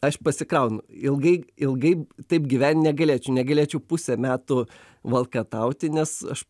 aš pasikraunu ilgai ilgai taip gyvent negalėčiau negalėčiau pusę metų valkatauti nes aš